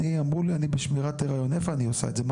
אמרו לי שאני בשמירת הריון, איפה אני עושה את זה?